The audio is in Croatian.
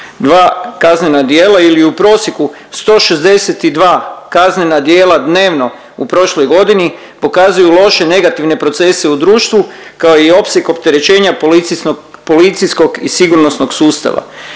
262 kaznena djela ili u prosjeku, 162 kaznena djela dnevno u prošloj godini pokazuju loše negativne procese u društvu, kao i opseg opterećenja policijskog i sigurnosnog sustava.